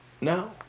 no